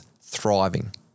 thriving